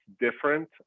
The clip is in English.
different